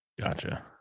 Gotcha